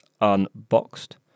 Unboxed